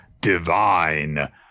divine